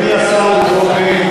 אדוני השר לביטחון פנים,